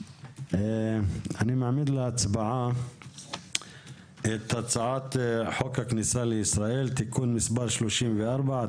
אני מעמיד להצבעה את הצעת חוק הכניסה לישראל (תיקון מס' 34),